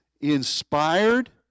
inspired